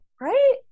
Right